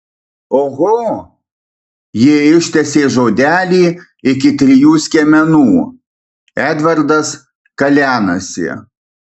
oho ji ištęsė žodelį iki trijų skiemenų edvardas kalenasi